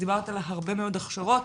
דיברת על הרבה מאוד הכשרות,